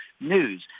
news